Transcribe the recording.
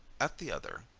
at the other,